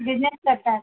business करतात